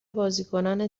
بازیکنان